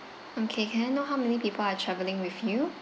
okay can I know how many people are traveling with you